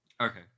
Okay